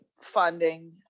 funding